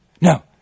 no